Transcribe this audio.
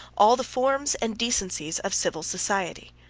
all the forms and decencies of civil society.